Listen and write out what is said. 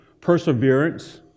perseverance